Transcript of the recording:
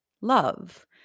love